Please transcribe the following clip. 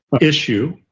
issue